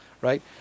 right